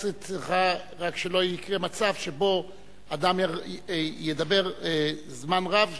את צריכה רק שלא יקרה מצב שבו אדם ידבר זמן רב,